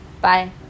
Bye